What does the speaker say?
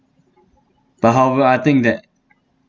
but however I think that